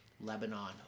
Lebanon